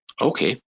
Okay